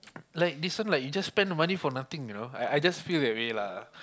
like this one like you just spend the money for nothing you know I I just feel that way lah